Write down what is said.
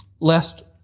Lest